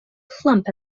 clump